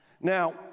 Now